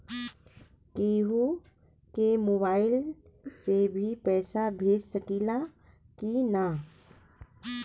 केहू के मोवाईल से भी पैसा भेज सकीला की ना?